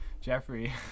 Jeffrey